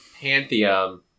pantheon